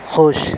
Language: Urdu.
خوش